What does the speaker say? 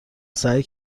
سعی